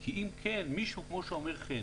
כי אם מישהו כמו שאומר חן